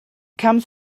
comes